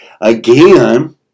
again